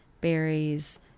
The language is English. berries